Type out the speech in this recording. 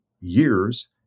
years